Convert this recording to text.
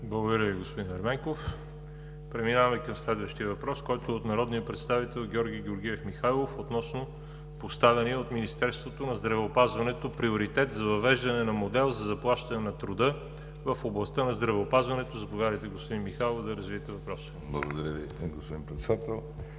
Благодаря Ви, господин Ерменков. Преминаваме към следващия въпрос, който е от народния представител Георги Георгиев Михайлов, относно поставения от Министерството на здравеопазването приоритет за въвеждане на модел за заплащане на труда в областта на здравеопазването. Заповядайте, господин Михайлов, да развиете въпроса. ГЕОРГИ МИХАЙЛОВ (БСП за